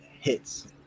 hits